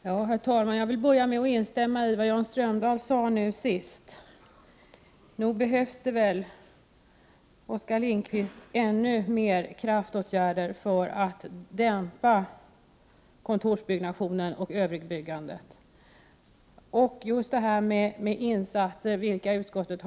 Herr talman! Jag vill börja med att instämma med Jan Strömdahl i det han senast sade. Nog behövs det väl, Oskar Lindkvist, ännu mer kraftåtgärder för att dämpa kontorsbyggnationen och övrigt byggande? Utskottet har gått med på vissa insatser.